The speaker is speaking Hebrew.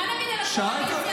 מה נגיד על הקואליציה,